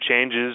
changes